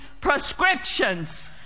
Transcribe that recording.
prescriptions